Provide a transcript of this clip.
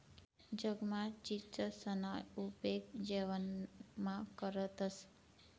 जगमा चीचसना उपेग जेवणमा करतंस